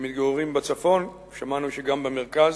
שמתגוררים בצפון, שמענו שגם במרכז,